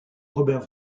robert